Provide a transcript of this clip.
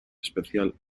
especial